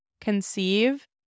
conceive